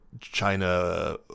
China